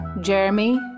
Jeremy